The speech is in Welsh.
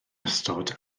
ystod